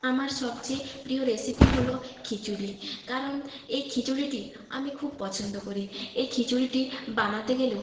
আমার সবচেয়ে প্রিয় রেসিপি হলো খিচুড়ি কারণ এই খিচুড়িটি আমি খুব পছন্দ করি এই খিচুড়িটি বানাতে গেলেও